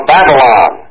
Babylon